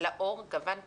לעור גוון פוליטי,